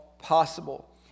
Possible